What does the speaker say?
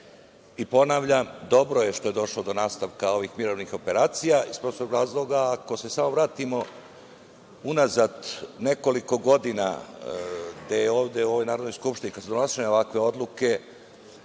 Ponavljam, dobro je što je došlo do nastavka ovih mirovnih operacija, iz prostog razloga ako se samo vratimo unazad nekoliko godina gde je ovde u ovoj Narodnoj skupštini kada su donošene ovakve odluke